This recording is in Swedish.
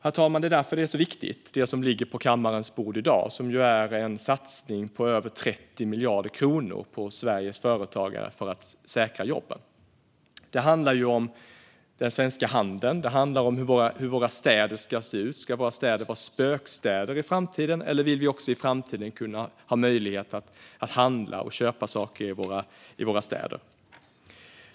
Herr talman! Det är därför det som ligger på kammarens bord i dag är så viktigt. Det rör sig om en satsning på över 30 miljarder kronor på Sveriges företagare för att säkra jobben. Det handlar om den svenska handeln. Det handlar om hur våra städer ska se ut - ska våra städer vara spökstäder i framtiden, eller vill vi också i framtiden ha möjlighet att handla och köpa saker i våra städer?